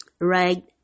right